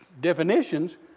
definitions